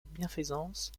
bienfaisance